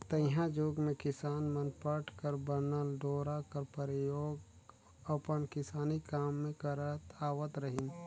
तइहा जुग मे किसान मन पट कर बनल डोरा कर परियोग अपन किसानी काम मे करत आवत रहिन